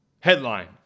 Headline